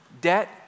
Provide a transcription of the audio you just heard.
debt